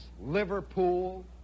Liverpool